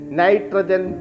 nitrogen